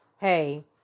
hey